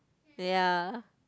ya